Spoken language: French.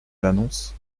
l’annonce